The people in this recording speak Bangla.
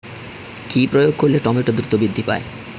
কি প্রয়োগ করলে টমেটো দ্রুত বৃদ্ধি পায়?